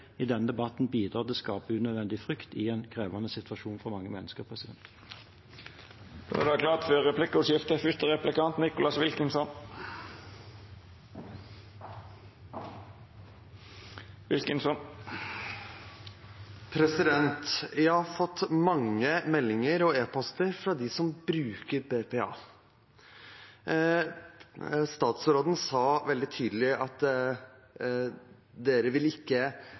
bidrar til å skape unødvendig frykt i en krevende situasjon for mange mennesker. Det vert replikkordskifte. Jeg har fått mange meldinger og e-poster fra dem som bruker BPA. Statsråden sa veldig tydelig at de ikke ville fjerne bruken av BPA. Hvis det er helt riktig, hvorfor ville regjeringen fjerne paragrafen om BPA midlertidig? Det vil vi ikke.